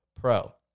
pro